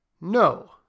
No